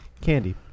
Candy